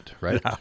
right